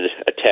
attack